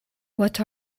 what